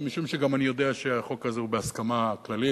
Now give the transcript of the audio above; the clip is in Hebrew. ומשום שגם אני יודע שהחוק הזה הוא בהסכמה כללית,